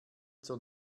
zur